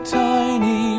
tiny